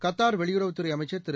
Qatar வெளியுறவுத்துறை அமைச்சர் திரு